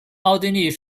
奥地利